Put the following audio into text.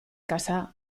kasa